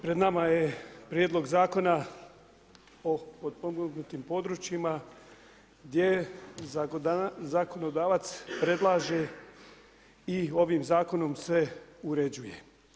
Pred nama je Prijedlog zakona o potpomognutim područjima gdje zakonodavac predlaže i ovim zakonom sve uređuje.